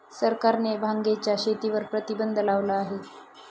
सरकारने भांगेच्या शेतीवर प्रतिबंध लावला आहे